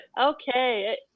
Okay